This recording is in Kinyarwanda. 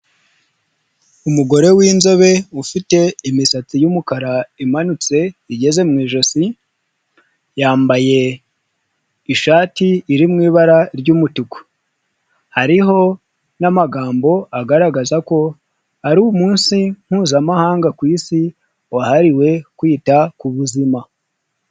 Umugore w'inzobe ufite imisatsi y'umukara imutse igeze mu ijosi, yambaye ishati iri mu ibara ry'umutuku, hariho n'amagambo agaragaza ko ari umunsi mpuzamahanga ku Isi wahariwe kwita ku buzima.